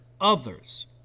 others